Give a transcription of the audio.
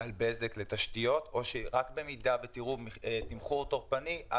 על בזק לתשתיות או שרק במידה ותראו תמחור טורפני,